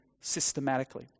systematically